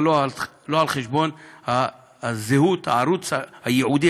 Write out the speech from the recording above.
אבל לא על חשבון זהות הערוץ הייעודי,